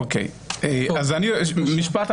באתי מוכן,